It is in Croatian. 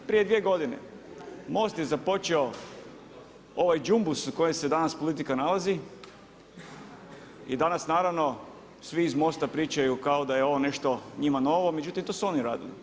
Prije 2 godine, MOST je započeo ovaj đumbus u kojem se danas politika nalazi i danas naravno svi iz MOST-a svi pričaju kao da je ovo nešto njima novo međutim to su oni radili.